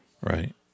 Right